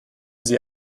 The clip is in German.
sie